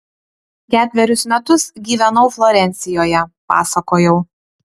ketverius metus gyvenau florencijoje pasakojau